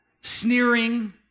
sneering